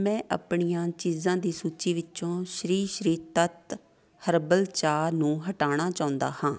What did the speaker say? ਮੈਂ ਆਪਣੀਆਂ ਚੀਜ਼ਾਂ ਦੀ ਸੂਚੀ ਵਿੱਚੋਂ ਸ਼੍ਰੀ ਸ਼੍ਰੀ ਤੱਤ ਹਰਬਲ ਚਾਹ ਨੂੰ ਹਟਾਉਣਾ ਚਾਹੁੰਦਾ ਹਾਂ